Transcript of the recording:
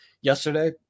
yesterday